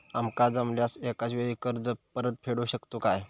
आमका जमल्यास एकाच वेळी कर्ज परत फेडू शकतू काय?